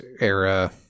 era